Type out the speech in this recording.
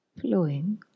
flowing